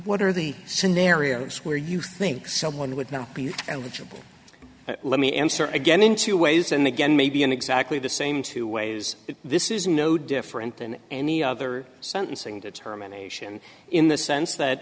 what are the scenarios where you think someone would now and which will let me answer again in two ways and again maybe in exactly the same two ways this is no different than any other sentencing determination in the sense that